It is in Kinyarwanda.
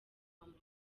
rwanda